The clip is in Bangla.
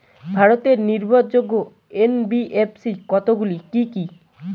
ভারতের নির্ভরযোগ্য এন.বি.এফ.সি কতগুলি কি কি?